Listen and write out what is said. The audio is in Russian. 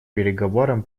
переговорам